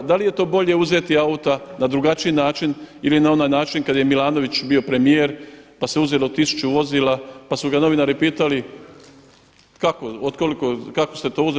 Da li je to bolje uzeti auta na drugačiji način ili na onaj način kad je Milanović bio premijer pa se uzelo tisuću vozila, pa su ga novinari pitali: Od koliko, kako ste to uzeli?